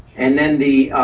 and then the